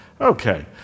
okay